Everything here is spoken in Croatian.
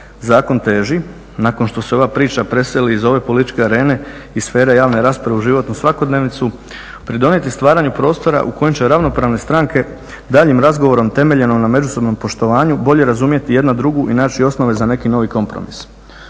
Zakon teži, nakon što se ova priča preseli iz ove političke arene i sfere javne rasprave u životnu svakodnevicu, pridonijeti stvaranju prostora u kojem će ravnopravne stranke daljnjim razgovorom temeljenom na međusobnom poštovanju bolje razumjeti jedna drugu i naći osnove za neki novi kompromis.